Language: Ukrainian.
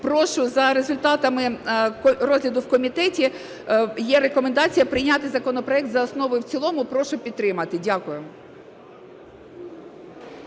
України. За результатами розгляду в комітеті є рекомендація прийняти законопроект за основу і в цілому. Прошу підтримати. Дякую.